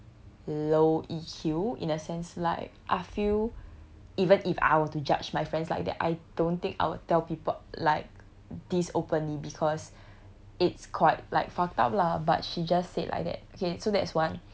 low E_Q in a sense like I feel even if I were to judge my friends like that I don't think I will tell people like this openly because it's quite like fucked up lah but she just said like that okay so that is one